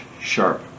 sharp